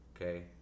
okay